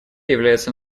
является